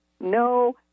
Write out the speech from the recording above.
no